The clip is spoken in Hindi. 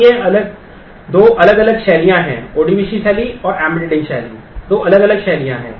तो ये दो अलग अलग शैलियाँ हैं ODBC शैली और एम्बेडिंग शैली दो अलग अलग शैलियाँ हैं